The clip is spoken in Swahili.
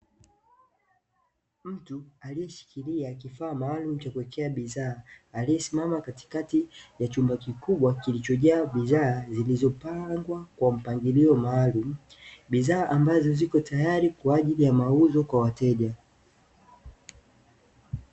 Mtu aliyeshikilia kifaa maalumu cha kuwekea bidhaa, aliyesimama katikati ya chumba kikubwa kilichojaa bidhaa zilizopangwa kwa mpangilio maalumu, bidhaa ambazo ziko tayari, kwa ajili ya mauzo kwa wateja.